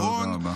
תודה רבה.